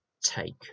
take